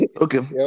Okay